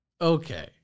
Okay